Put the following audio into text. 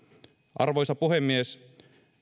arvoisa puhemies